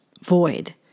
void